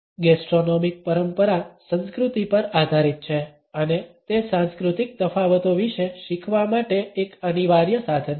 gastronomic પરંપરા સંસ્કૃતિ પર આધારિત છે અને તે સાંસ્કૃતિક તફાવતો વિશે શીખવા માટે એક અનિવાર્ય સાધન છે